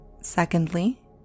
Secondly